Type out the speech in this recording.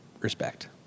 respect